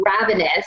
ravenous